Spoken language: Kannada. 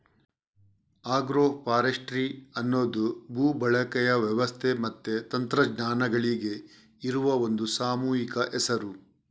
ಆಗ್ರೋ ಫಾರೆಸ್ಟ್ರಿ ಅನ್ನುದು ಭೂ ಬಳಕೆಯ ವ್ಯವಸ್ಥೆ ಮತ್ತೆ ತಂತ್ರಜ್ಞಾನಗಳಿಗೆ ಇರುವ ಒಂದು ಸಾಮೂಹಿಕ ಹೆಸರು